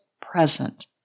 present